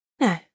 No